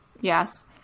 Yes